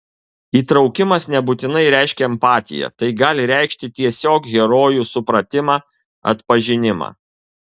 įtraukimas nebūtinai reiškia empatiją tai gali reikšti tiesiog herojų supratimą atpažinimą